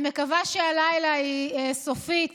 אני מקווה שהלילה סופית